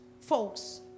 folks